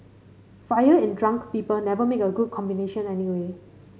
fire and drunk people never make a good combination anyway